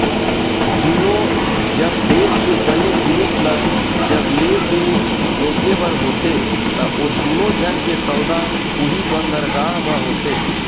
दुनों जब देस के बने जिनिस ल जब लेय ते बेचें बर होथे ता ओ दुनों झन के सौदा उहीं बंदरगाह म होथे